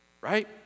right